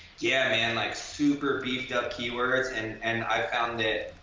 yeah, man, like super beefed-up keywords. and and found that,